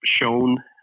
shown